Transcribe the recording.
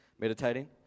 meditating